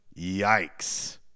Yikes